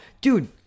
dude